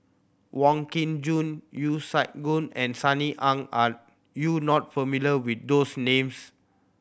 Wong Kin Jong Yeo Siak Goon and Sunny Ang are you not familiar with those names